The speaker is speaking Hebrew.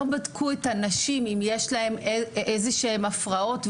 לא בדקו את הנשים אם יש להן איזשהן הפרעות.